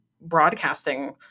broadcasting